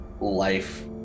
life